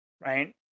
Right